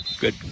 Good